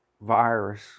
virus